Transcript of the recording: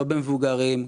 לא במבוגרים,